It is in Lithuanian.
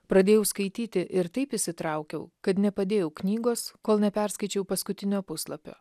pradėjau skaityti ir taip įsitraukiau kad nepadėjau knygos kol neperskaičiau paskutinio puslapio